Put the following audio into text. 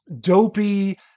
Dopey